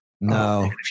No